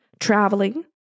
traveling